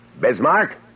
Bismarck